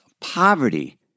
poverty